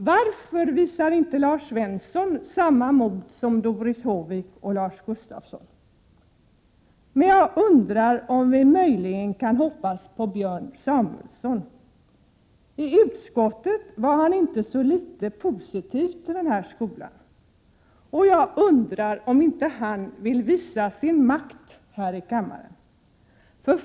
Varför visar inte Lars Svensson samma mod som Doris Håvik och Lars Gustafsson? Men jag undrar om vi möjligen kan hoppas på Björn Samuelson. I utskottet var han inte så litet positiv till denna skola. Jag undrar om han inte vill visa sin makt här i kammaren.